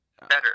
better